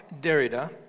Derrida